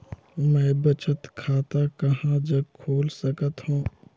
मैं बचत खाता कहां जग खोल सकत हों?